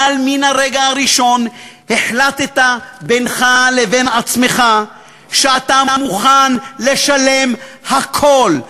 אבל מן הרגע הראשון החלטת בינך לבין עצמך שאתה מוכן לשלם הכול,